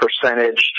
percentage